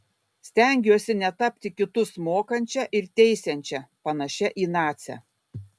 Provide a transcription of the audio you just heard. stengiuosi netapti kitus mokančia ir teisiančia panašia į nacę